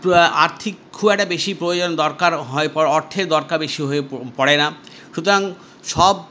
আর্থিক খুব একটা বেশি প্রয়োজন দরকার হয়ে পড়ে অর্থের দরকার বেশি হয়ে পড়ে না সুতরাং সব